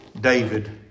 David